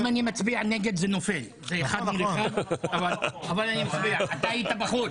אם אני מצביע נגד זה נופל --- אבל אני מצביע --- בעד,